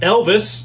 Elvis